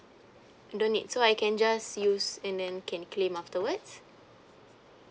don't need so I can just use and then can claim afterwards